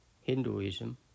Hinduism